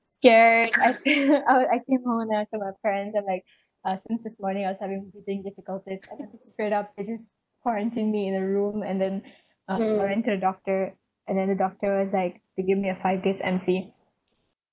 scared I I was like you know then I tell my friends I'm like uh since this morning I was having breathing difficulties I think it spread out just quarantined me in a room and then uh going a doctor and then the doctor was like they gave me a five days M_C